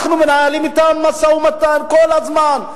אנחנו מנהלים אתן משא-ומתן כל הזמן,